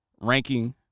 ranking